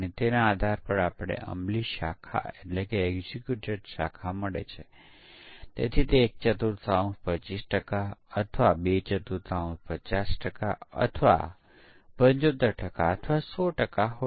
અને પરીક્ષણ કેસ ડિઝાઇનમાં આપણું લક્ષ્ય શક્ય તેટલા ઓછા પરીક્ષણનાં કેસો સાથે ઇનપુટ પરીક્ષણનીકરવાનું છે